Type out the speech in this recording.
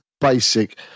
basic